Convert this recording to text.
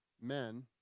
men